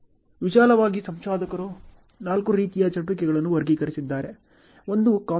ವಿಶಾಲವಾಗಿ ಸಂಶೋಧಕರು ನಾಲ್ಕು ರೀತಿಯ ಚಟುವಟಿಕೆಯನ್ನು ವರ್ಗೀಕರಿಸಿದ್ದಾರೆ ಒಂದು ಕಾಂಪ್ಯಾಕ್ಟ್